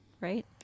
right